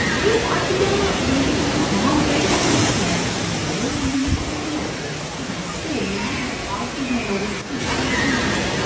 டேய் பாட்டிடா அப்படின்னு சொல்லி நான் ப்ரேக்கை பிடிச்சேன் அவனுக்கு மழையில் ஒன்றுமே தெரியலை ஜஸ்ட்டு மிஸ்ஸு இல்லைனா அந்த பாட்டி மேலே விட்டு தூக்கி நாங்கள்